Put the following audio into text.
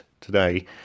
today